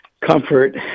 comfort